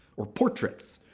or portraits.